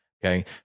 Okay